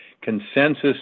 Consensus